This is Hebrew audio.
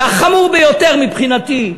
החמור ביותר מבחינתי,